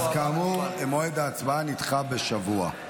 אז כאמור, מועד ההצבעה נדחה בשבוע,